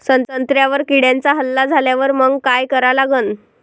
संत्र्यावर किड्यांचा हल्ला झाल्यावर मंग काय करा लागन?